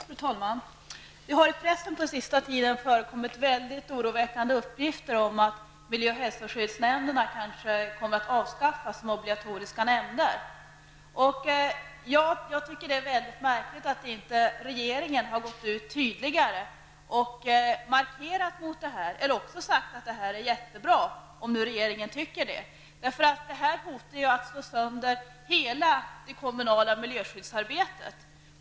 Fru talman! Det har i pressen på den senaste tiden förekommit väldigt oroväckande uppgifter om att miljö och hälsoskyddsnämnderna kan komma att avskaffas som obligatoriska nämnder. Jag tycker att det är märkligt att regeringen inte tydligare har gjort en markering mot detta eller också sagt att det är jättebra, om nu regeringen tycker det. Detta hotar att slå sönder hela det kommunala miljöskyddsarbetet.